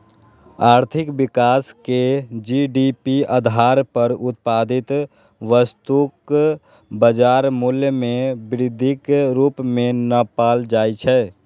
आर्थिक विकास कें जी.डी.पी आधार पर उत्पादित वस्तुक बाजार मूल्य मे वृद्धिक रूप मे नापल जाइ छै